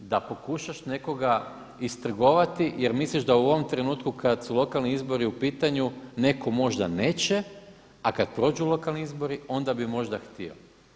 Da pokušaš nekoga istrgovati jer misliš da u ovom trenutku kad su lokalni izbori u pitanju netko možda neće, a kad prođu lokalni izbori onda bi možda htio.